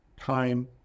time